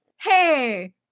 Hey